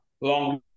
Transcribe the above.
long